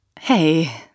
Hey